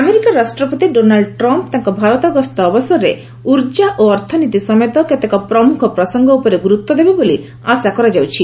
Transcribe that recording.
America ରାଷ୍ଟ୍ରପତି Donald Trump ତାଙ୍କ ଭାରତ ଗସ୍ତ ଅବସରରେ ଉର୍କା ଓ ଅର୍ଥନୀତି ସମେତ କେତେକ ପ୍ରମୁଖ ପ୍ରସଙ୍ଗ ଉପରେ ଗୁରୁତ୍ୱ ଦେବେ ବୋଲି ଆଶା କରାଯାଉଛି